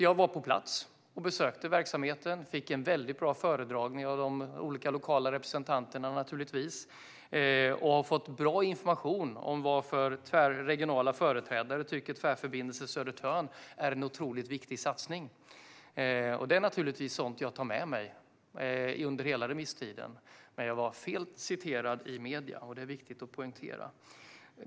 Jag var på plats och besökte verksamheten och fick en väldigt bra föredragning av de olika lokala representanterna. Jag har fått bra information om varför regionala företrädare tycker att Tvärförbindelse Södertörn är en otroligt viktig satsning. Det är naturligtvis sådant jag tar med mig under hela remisstiden. Men jag var fel citerad i medierna, och det är viktigt att poängtera.